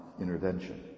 intervention